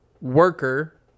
worker